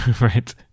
right